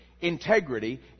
integrity